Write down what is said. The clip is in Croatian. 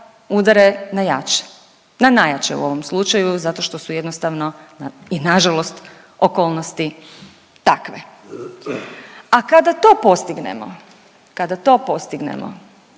udare na jače, na najjače u ovom slučaju zato što su jednostavno i nažalost okolnosti takve. A kada to postignemo, kada to postignemo,